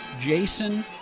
Jason